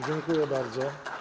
Dziękuję bardzo.